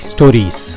Stories